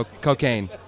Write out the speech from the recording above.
cocaine